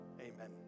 Amen